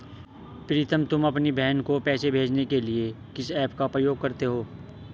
प्रीतम तुम अपनी बहन को पैसे भेजने के लिए किस ऐप का प्रयोग करते हो?